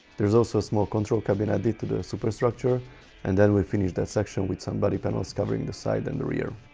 there's also a small control cabin added to the superstructure and then we finish that section with some body panels covering the side and the rear